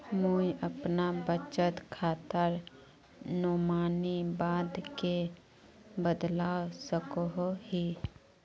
मुई अपना बचत खातार नोमानी बाद के बदलवा सकोहो ही?